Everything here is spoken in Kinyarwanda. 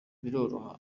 biroroha